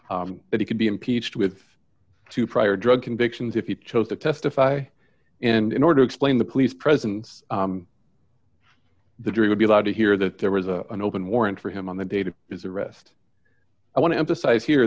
could be impeached with two prior drug convictions if he chose to testify and in order to explain the police presence the jury would be allowed to hear that there was a an open warrant for him on the date of is arrest i want to emphasize here